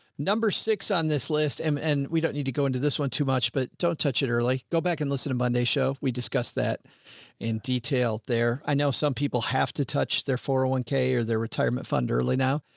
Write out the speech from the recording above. number six on this list. um and we don't need to go into this one too much, but don't touch it early. go back and listen to monday show. we discussed that in detail there. i know some people have to touch their four hundred and one k or their retirement fund early now,